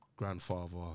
grandfather